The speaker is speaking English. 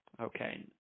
Okay